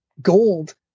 gold